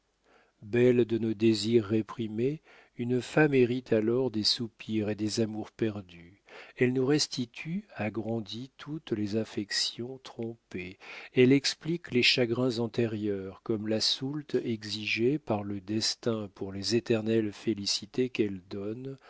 belle de nos désirs réprimés une femme hérite alors des soupirs et des amours perdus elle nous restitue agrandies toutes les affections trompées elle explique les chagrins antérieurs comme la soulte exigée par le destin pour les éternelles félicités qu'elle donne